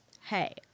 hey